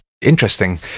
interesting